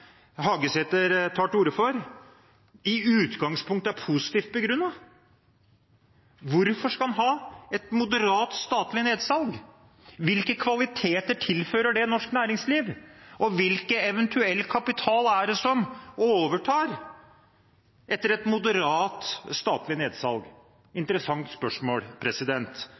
Hagesæter tar til orde for, i utgangspunkt er positivt begrunnet. Hvorfor skal en ha et moderat statlig nedsalg? Hvilke kvaliteter tilfører det norsk næringsliv? Og hvilken eventuell kapital er det som overtar etter et moderat statlig nedsalg?